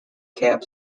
camp